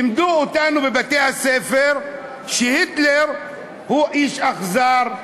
לימדו אותנו בבתי-הספר שהיטלר הוא איש אכזר,